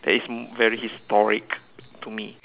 that is very historic to me